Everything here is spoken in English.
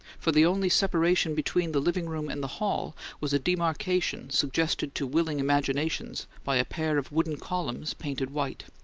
for the only separation between the living room and the hall was a demarcation suggested to willing imaginations by a pair of wooden columns painted white.